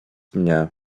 mnie